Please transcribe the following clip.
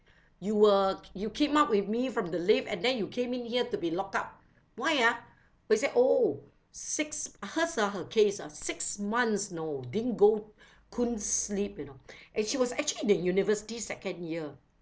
you were you came out with me from the lift at then you came in here to be locked up why ah she say oh six hers ah her case ah six months you know didn't go couldn't sleep you know and she was actually in the university second year